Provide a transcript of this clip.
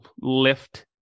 lift